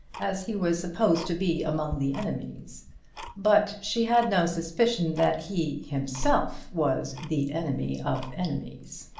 as he was supposed to be among the enemies but she had no suspicion that he himself was the enemy of enemies.